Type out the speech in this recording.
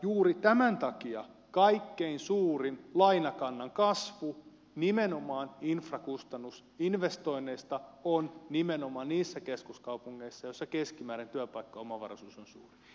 juuri tämän takia kaikkein suurin lainakannan kasvu infrakustannusinvestoinneista on nimenomaan niissä keskuskaupungeissa joissa keskimääräinen työpaikkaomavaraisuus on suurin